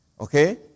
Okay